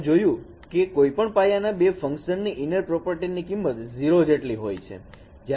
આપણે જોયું કે કોઈપણ પાયાના બે ફંકશનની ઇનર પ્રોપર્ટી ની કિંમત 0 જેટલી હોય છે